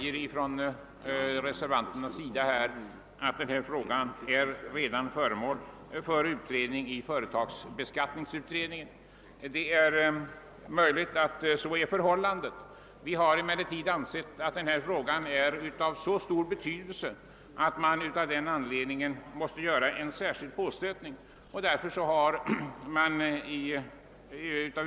Reservanterna uttalar att frågan redan behandlas av företagsskatteutredningen. Det är möjligt att så är förhållandet, men vi har ansett att frågan har så stor betydelse att det måste göras en särskild påstötning i saken.